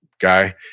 guy